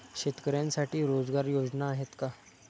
शेतकऱ्यांसाठी रोजगार योजना आहेत का?